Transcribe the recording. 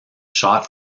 shot